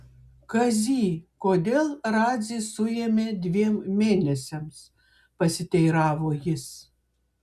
kazy kodėl radzį suėmė dviem mėnesiams pasiteiravo jis